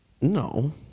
No